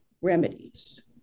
remedies